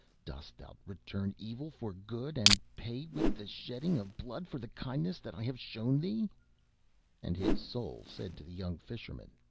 dost thou return evil for good, and pay with the shedding of blood for the kindness that i have shown thee and his soul said to the young fisherman,